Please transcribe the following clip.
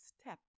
step